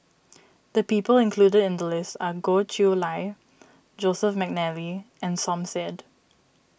the people included in the list are Goh Chiew Lye Joseph McNally and Som Said